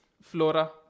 Flora